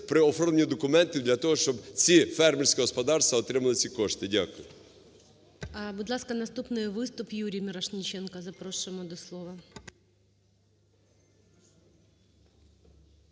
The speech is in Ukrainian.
при оформленні документів для того, щоб ці фермерські господарства отримували ці кошти. Дякую.